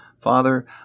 Father